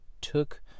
took